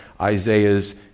Isaiah's